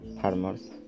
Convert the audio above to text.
farmers